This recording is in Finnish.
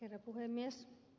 herra puhemies